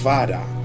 Father